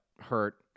hurt